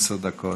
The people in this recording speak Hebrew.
עשר דקות.